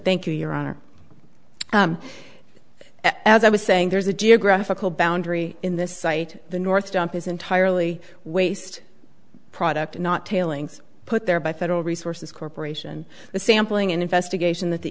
thank you your honor as i was saying there's a geographical boundary in this site the north dump is entirely waste product not tailings put there by federal resources corp the sampling and investigation that the